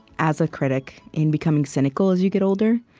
as a critic, in becoming cynical as you get older.